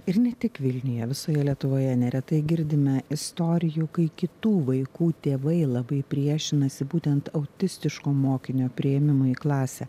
ir ne tik vilniuje visoje lietuvoje neretai girdime istorijų kai kitų vaikų tėvai labai priešinasi būtent autistiško mokinio priėmimui į klasę